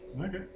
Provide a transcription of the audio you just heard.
Okay